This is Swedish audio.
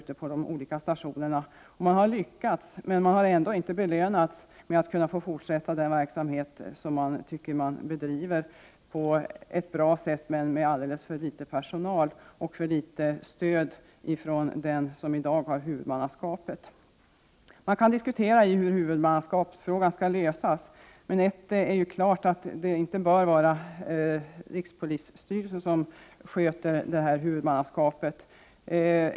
Man har också lyckats, men man har ändå inte belönats med att få fortsätta den verksamhet som man tycker sig bedriva på ett bra sätt men med alldeles för litet personal och för litet stöd från den som i dag är huvudman. Det kan diskuteras hur huvudmannaskapsfrågan skall lösas, men ett är klart: det bör inte vara rikspolisstyrelsen som sköter huvudmannaskapet.